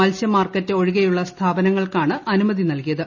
മത്സ്യ മാർക്കറ്റ് ഒഴികെയുള്ള സ്ഥാപനങ്ങൾക്കാണ് അനുമതി നൽകിയത്